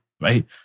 right